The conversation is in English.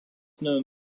known